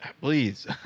please